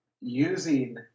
using